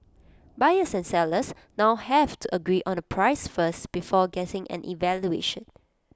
buyers and sellers now have to agree on A price first before getting an evaluation